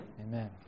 Amen